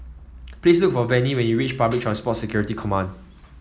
please look for Venie when you reach Public Transport Security Command